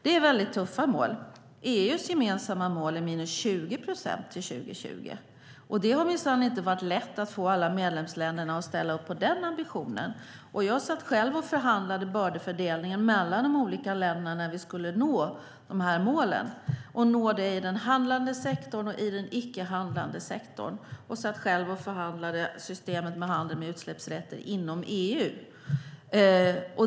EU:s gemensamma mål är minus 20 procent till 2020, och det har minsann inte varit lätt att få alla medlemsländer att ställa upp på den ambitionen. Jag satt själv och förhandlade bördefördelningen mellan de olika länderna när vi skulle nå målen i den handlande sektorn och i den icke-handlande sektorn. Jag satt också själv och förhandlade systemet med handel med utsläppsrätter inom EU.